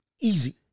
easy